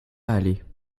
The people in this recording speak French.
aller